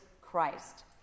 Christ